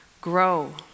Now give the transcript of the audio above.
grow